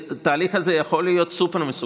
התהליך הזה יכול להיות סופר-מסוכן,